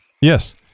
yes